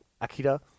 Akira